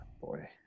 boy